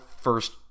first